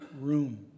room